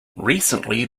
recently